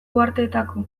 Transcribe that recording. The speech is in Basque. uharteetako